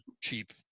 cheap